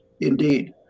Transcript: indeed